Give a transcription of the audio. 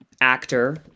actor